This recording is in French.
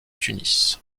tunis